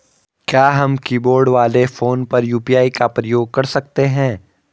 क्या हम कीबोर्ड वाले फोन पर यु.पी.आई का प्रयोग कर सकते हैं?